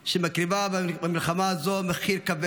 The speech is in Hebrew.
שמקריבה במלחמה הזו מחיר כבד.